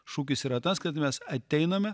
šūkis yra tas kad mes ateiname